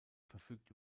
verfügt